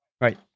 Right